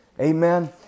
amen